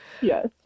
yes